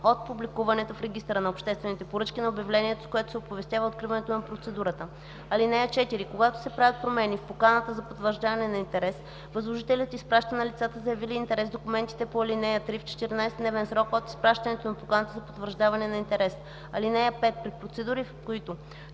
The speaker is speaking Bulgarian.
от публикуването в Регистъра на обществените поръчки на обявлението, с което се оповестява откриването на процедурата. (4) Когато се правят промени в поканата за потвърждаване на интерес, възложителят изпраща на лицата, заявили интерес, документите по ал. 3 в 14-дневен срок от изпращането на поканата за потвърждаване на интерес. (5) При процедури, в които